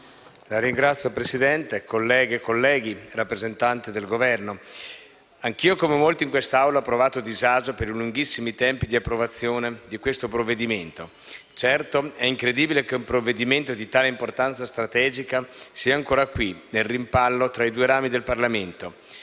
Signora Presidente, colleghe e colleghi, rappresentante del Governo, anch'io, come molti in quest'Aula, ho provato disagio per i lunghissimi tempi di approvazione di questo provvedimento. Certo, è incredibile che un provvedimento di tale importanza strategica sia ancora qui, nel rimpallo tra i due rami del Parlamento,